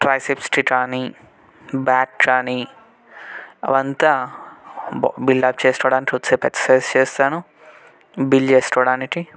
ట్రైసిప్స్కి కానీ బ్యాక్ కానీ అవి అంతా బిల్డప్ చేసుకోవడానికి కొద్దిసేపు ఎక్ససైజ్ చేస్తాను బిల్డ్ చేసుకోవడానికి